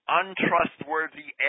untrustworthy